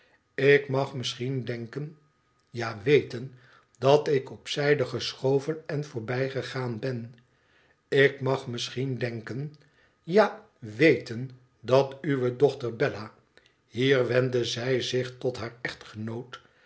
ik mag misschien denken ja weten dat ik op zijde geschoven en voorbijgegaan ben ik mag misschien denken ja weten dat uwe dochter bella hier wendde zij zich tot haar echtgenoot